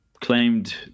claimed